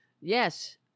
Yes